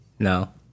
No